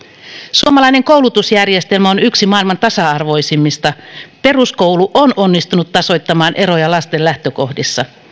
suomalainen koulutusjärjestelmä on yksi maailman tasa arvoisimmista peruskoulu on onnistunut tasoittamaan eroja lasten lähtökohdissa